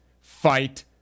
fight